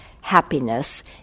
happiness